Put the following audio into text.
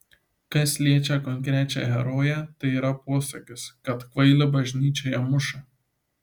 kas liečia konkrečią heroję tai yra posakis kad kvailį ir bažnyčioje muša